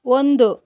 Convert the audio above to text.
ಒಂದು